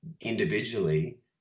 individually